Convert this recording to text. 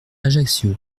ajaccio